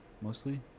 mostly